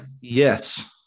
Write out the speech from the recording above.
Yes